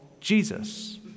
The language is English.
Jesus